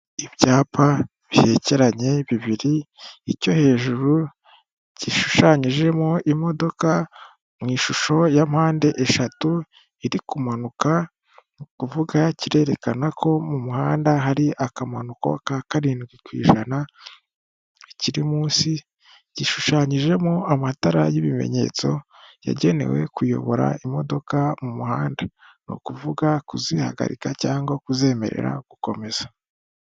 Ibyapa bihecyekeranye bibiri, icyo hejuru gishushanyijemo imodoka mu ishusho ya mpande eshatu iri kumanuka ni ukuvuga kirerekana ko mu muhanda hari akamanuka ka karindwi kw'ijana, ikiri munsi gishushanyijemo amatara y'ibimenyetso yagenewe kuyobora imodoka mu umuhanda. Ni ukuvuga kuzihagarika cyangwa kuzemerera gukomeza.